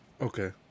Okay